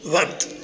वक्त